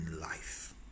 life